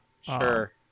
Sure